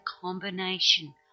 combination